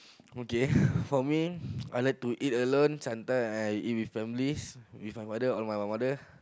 okay for me I like to eat sometime I eat with families with my mother or my father